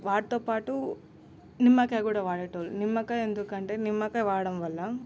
వాటితో పాటు నిమ్మకాయకూడ వాడేటోళ్లు నిమ్మకాయ ఎందుకంటే నిమ్మకాయ వాడడంవల్లా